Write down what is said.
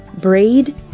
braid